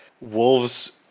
wolves